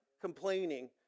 complaining